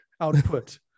output